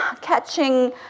catching